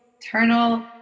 Eternal